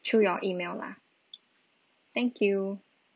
through your email lah thank you